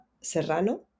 Serrano